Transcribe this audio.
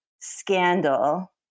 scandal